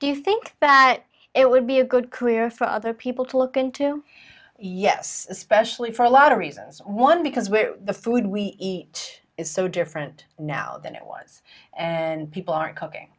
do you think that it would be a good career for other people to look into yes especially for a lot of reasons one because where the food we eat is so different now than it was and people aren't coming